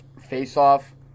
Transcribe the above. face-off